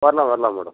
வரலாம் வரலாம் மேடம்